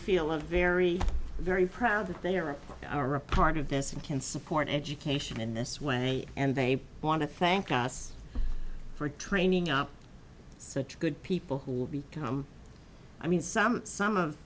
feel a very very proud that they are are a part of this and can support education in this way and they want to thank us for training up such good people who come i mean some some of